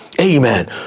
Amen